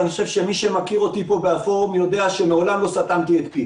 ומי שמכיר אותי פה בפורום יודע שמעולם לא סתמתי את פי